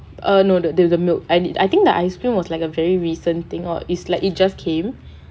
err no the the milk I I think the icre cream was like a very recent thing or is like it just came